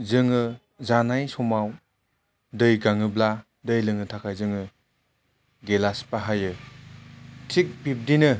जोङो जानाय समाव दै गाङोब्ला दै लोंनो थाखाय जोङो गिलास बाहायो थिक बिब्दिनो